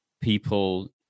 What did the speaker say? people